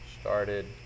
started